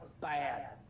bad